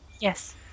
Yes